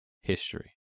history